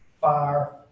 fire